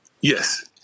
Yes